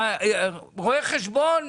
רואה חשבון,